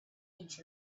inch